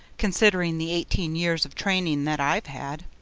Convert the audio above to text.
considering the eighteen years of training that i've had?